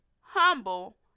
humble